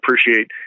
appreciate